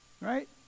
Right